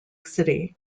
city